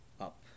up